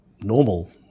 normal